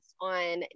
on